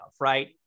right